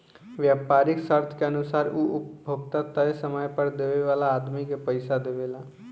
व्यापारीक शर्त के अनुसार उ उपभोक्ता तय समय पर देवे वाला आदमी के पइसा देवेला